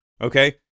Okay